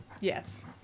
Yes